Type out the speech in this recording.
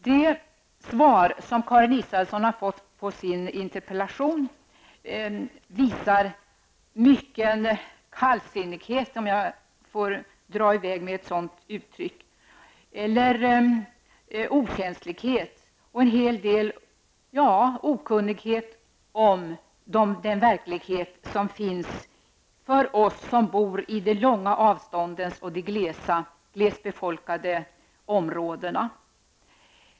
Det svar som Karin Israelsson har fått på sin interpellation visar mycken kallsinnighet, om jag får dra i väg med ett sådant uttryck, eller okänslighet och en hel del okunnighet om den verklighet som finns för oss som bor i de långa avståndens och glest befolkade områden.